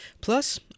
Plus